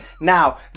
Now